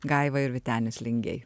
gaiva ir vytenis lingiai